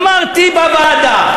אמרתי בוועדה.